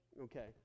Okay